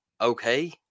Okay